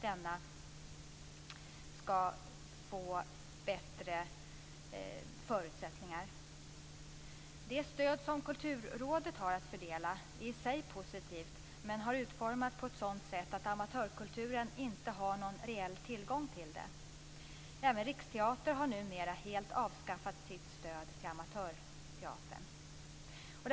Det stöd som Kulturrådet har att fördela är i sig positivt, men har utformats på ett sådant sätt att amatörkulturen inte har någon reell tillgång till det. Även Riksteatern har numera helt avskaffat sitt stöd till amatörteatern.